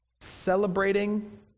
celebrating